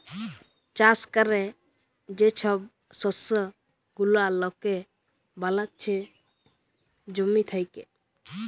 চাষ ক্যরে যে ছব শস্য গুলা লকে বালাচ্ছে জমি থ্যাকে